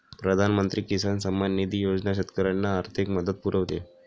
प्रधानमंत्री किसान सन्मान निधी योजना शेतकऱ्यांना आर्थिक मदत पुरवते